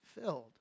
filled